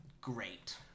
great